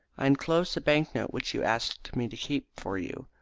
i enclose the bank-note which you asked me to keep for you.